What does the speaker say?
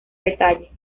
detalle